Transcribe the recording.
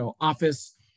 office